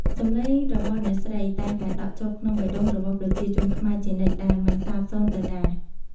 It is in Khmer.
សម្លេងរបស់អ្នកស្រីតែងតែដក់ជាប់ក្នុងបេះដូងរបស់ប្រជាជនខ្មែរជានិច្ច ដែលមិនសាបសូន្យទៅណា។